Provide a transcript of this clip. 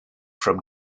from